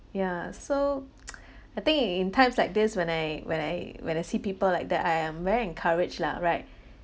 ya so I think in in times like this when I when I when I see people like that I am very encourage lah right